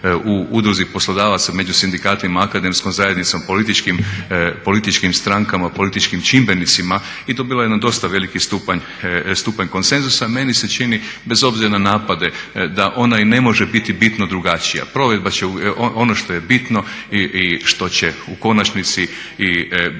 u udruzi poslodavaca među sindikatima, akademskom zajednicom, političkim strankama, političkim čimbenicima i to bi bio jedan dosta veliki stupanj konsenzusa. Meni se čini bez obzira na napade da ona i ne može biti bitno drugačija. Provedba će ono što je bitno i što će u konačnici ići